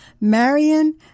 Marion